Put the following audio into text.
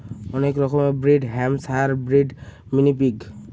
অনেক রকমের breed Hampshire breed, mini pig